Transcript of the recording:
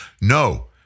No